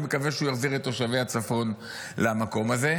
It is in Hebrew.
אני מקווה שהוא יחזיר את תושבי הצפון למקום הזה.